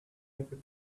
never